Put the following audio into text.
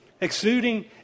Exuding